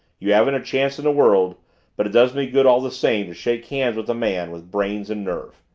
you haven't a chance in the world but it does me good all the same to shake hands with a man with brains and nerve,